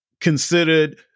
considered